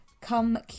come